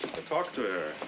talk to her.